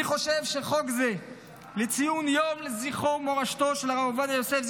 אני חושב שחוק זה לציון יום לזכרו ומורשתו של הרב עובדיה יוסף,